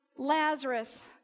Lazarus